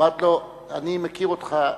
אמרתי לו: אני מכיר אותך,